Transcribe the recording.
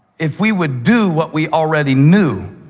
if we would do what we already knew,